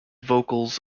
vocals